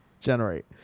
generate